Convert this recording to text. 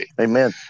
Amen